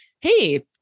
hey